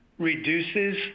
reduces